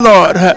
Lord